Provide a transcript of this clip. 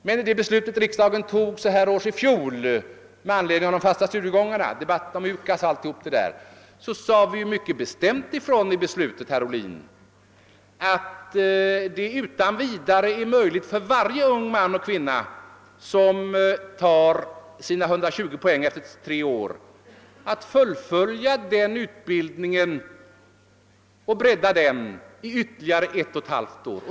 Men när det beslutet fattades så här års i fjol, med anledning av de fasta studiegångarna, debatten om UKAS och allt detta, så sade vi mycket bestämt ifrån i beslutet, herr Ohlin, att det utan vidare är möjligt för varje ung man och kvinna, som tar sina 120 poäng efter tre år, att fullfölja den utbildningen och bredda den i ytterligare ett och ett halvt år.